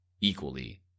equally